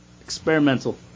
Experimental